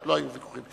לא היו ויכוחים.